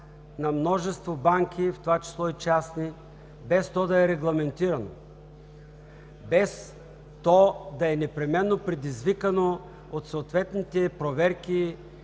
на множество банки, в това число и частни, е без то да е регламентирано, без то да е непременно предизвикано от съответните проверки